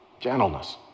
Gentleness